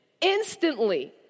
Instantly